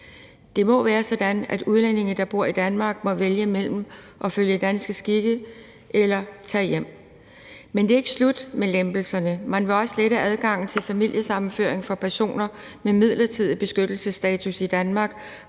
Det må være sådan, at udlændinge, der bor i Danmark, må vælge mellem at følge danske skikke eller tage hjem. Men det er ikke slut med lempelserne. Man vil også lette adgangen til familiesammenføring for personer med midlertidig beskyttelsesstatus i Danmark